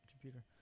computer